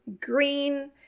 green